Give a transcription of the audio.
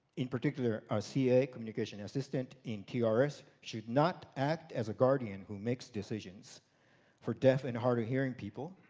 in particular, a ca, communication assistant in ah trs should not act as a guardian who makes decisions for deaf and hard of hearing people,